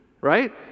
right